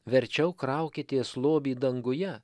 verčiau kraukitės lobį danguje